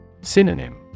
Synonym